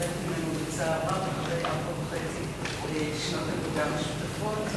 אבל הוא הרוח החיה מאחוריה והוביל את המהלכים מול משרד התחבורה.